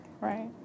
Right